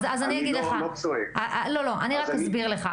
אז אני אסביר לך,